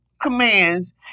commands